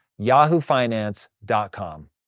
YahooFinance.com